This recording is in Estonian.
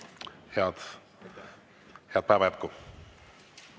Head päeva jätku!